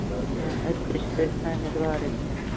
اچھا أسۍ تہِ چھِ تٔتھۍ وۄمیدوارٕے